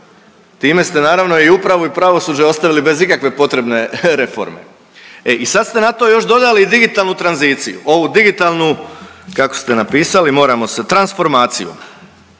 Time ste naravno i upravu i pravosuđe ostavili bez ikakve potrebne reforme, e i sad ste na to još dodali i digitalnu tranziciju, ovu digitalnu kako ste napisali, moram se transformaciju